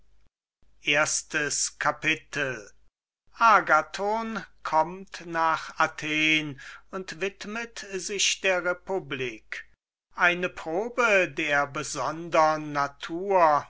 sechstes kapitel agathon kommt nach athen und widmet sich der republik eine probe der besondern natur